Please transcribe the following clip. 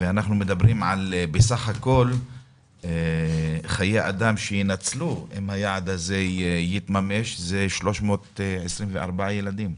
אנחנו מדברים על חיי אדם שיינצלו ואם היעד הזה יתממש זה 324 ילדים.